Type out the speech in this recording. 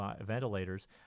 ventilators